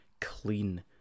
clean